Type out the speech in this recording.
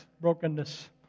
brokenness